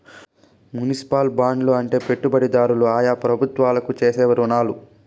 municipal బాండ్లు అంటే పెట్టుబడిదారులు ఆయా ప్రభుత్వాలకు చేసే రుణాలు